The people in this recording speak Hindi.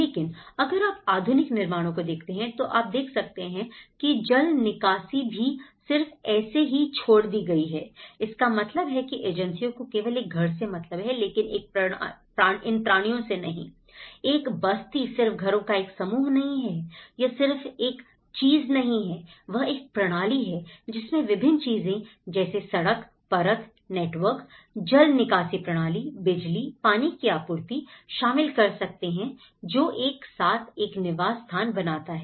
लेकिन अगर आप आधुनिक निर्माणों को देखते हैं तो आप देख सकते हैं कि जल निकासी भी सिर्फ ऐसे ही छोड़ दी गई है इसका मतलब है कि एजेंसियों को केवल एक घर से मतलब है लेकिन एक प्राणियों से नहीं एक बस्ती सिर्फ घरों का एक समूह नहीं है यह सिर्फ एक चीज नहीं है वह एक प्रणाली है जिसमें विभिन्न चीजें जैसे सड़क परत नेटवर्क जल निकासी प्रणाली बिजली पानी की आपूर्ति शामिल कर सकते हैं जो एक साथ एक निवास स्थान बनाता है